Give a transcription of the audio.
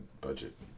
budget